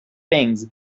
things